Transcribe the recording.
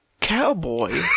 cowboy